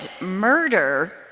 murder